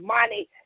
money